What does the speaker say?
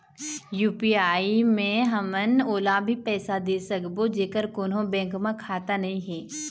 UPI मे हमन ओला भी पैसा दे सकबो जेकर कोन्हो बैंक म खाता नई हे?